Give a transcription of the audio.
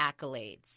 accolades